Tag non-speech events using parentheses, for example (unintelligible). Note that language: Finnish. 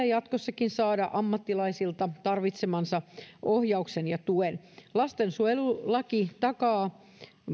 (unintelligible) jatkossakin saada ammattilaisilta tarvitsemansa ohjaus ja tuki lastensuojelulaki takaa